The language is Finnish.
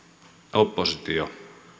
oppositio